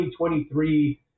2023